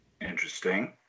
Interesting